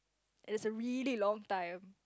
it's a really long time